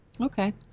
Okay